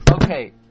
Okay